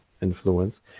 influence